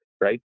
right